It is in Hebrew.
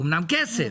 אמנם כסף,